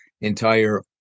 entire